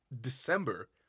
December